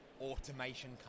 automation